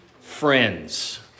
friends